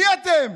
מי אתם?